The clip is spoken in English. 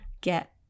get